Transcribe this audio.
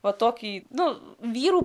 va tokį du vyrų